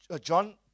john